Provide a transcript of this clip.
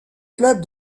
club